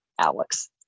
Alex